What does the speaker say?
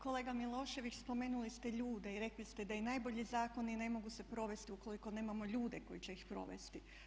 Kolega Milošević spomenuli ste ljude i rekli ste da i najbolji zakoni ne mogu se provesti ukoliko nemamo ljude koji će ih provesti.